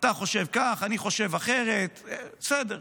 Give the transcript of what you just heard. אתה חושב כך, אני חושב אחרת, בסדר.